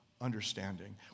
understanding